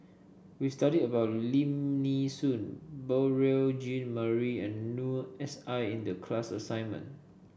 we studied about Lim Nee Soon Beurel Jean Marie and Noor S I in the class assignment